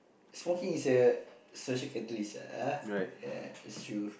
smoking is a social catalyst ah uh ya that's true